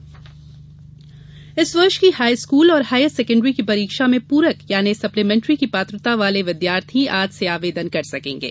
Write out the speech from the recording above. पूरक परीक्षा इस वर्ष की हाई स्कूल और हायर सेकण्ड्री की परीक्षा में पूरक यानि सप्लीमेंट्री की पात्रता वाले विद्यार्थी आज से आवेदन कर सकेंगे